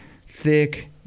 thick